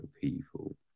people